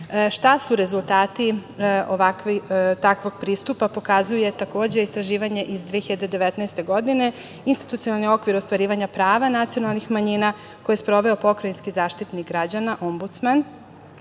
su rezultati takvog pristupa, pokazuje takođe istraživanje iz 2019. godine, institucionalni okvir ostvarivanja prava nacionalnih manjina koje je sproveo Pokrajinski Zaštitnik građana, Ombudsman,